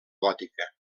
gòtica